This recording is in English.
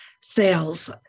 sales